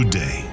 day